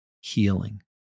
healing